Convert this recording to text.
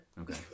Okay